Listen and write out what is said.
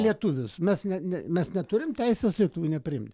lietuvius mes ne ne mes neturim teisės lietuvių nepriimt